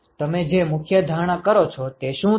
તમે જે મુખ્ય ધારણા કરો છો તે શું છે